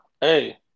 Hey